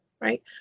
right